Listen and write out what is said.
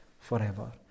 forever